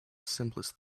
simplest